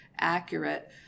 accurate